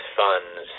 funds